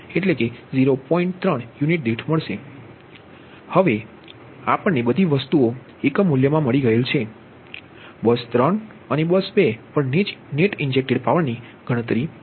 તેથી આ બધી વસ્તુઓ હવે આપવામાં આવેલ છે હવે બસ 2 અને બસ 3 પર નેટ ઇન્જેક્ટેડ પાવરની ગણતરી કરો